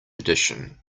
edition